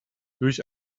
durch